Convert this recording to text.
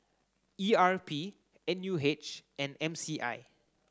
E R P N U H and M C I